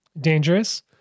dangerous